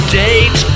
date